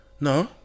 No